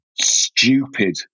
stupid